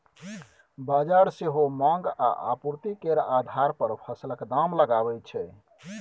बजार सेहो माँग आ आपुर्ति केर आधार पर फसलक दाम लगाबै छै